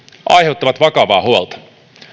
aiheuttavat vakavaa huolta